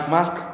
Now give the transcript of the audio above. Mask